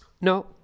No